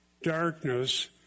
darkness